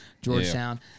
Georgetown